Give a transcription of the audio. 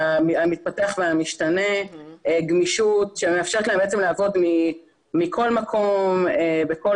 המתפתח והמשתנה גמישות שמאפשרת להם לעבוד מכל מקום בכל